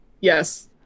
yes